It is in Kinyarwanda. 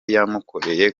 yamukoreye